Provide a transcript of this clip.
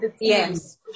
yes